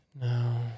no